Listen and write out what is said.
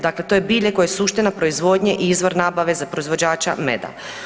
Dakle, to je bilje koje suština proizvodnje i izvor nabave za proizvođača meda.